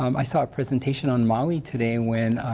um i saw a presentation on maui today when